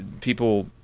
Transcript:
people